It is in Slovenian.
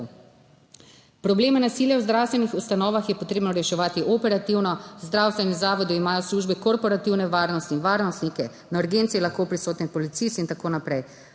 Probleme nasilja v zdravstvenih ustanovah je potrebno reševati operativno. Zdravstveni zavodi imajo službe korporativne varnosti in varnostnike, na urgenci je lahko prisoten policist in tako naprej.